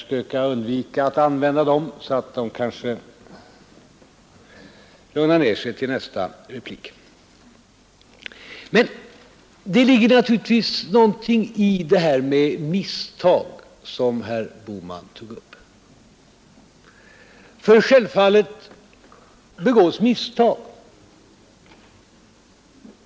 Jag skall försöka undvika att använda sådana, så kanske de lugnar ner sig till nästa replik. Men det ligger naturligtvis någonting i det här med misstag, som herr Bohman tog upp. Självfallet begås misstag.